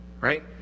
Right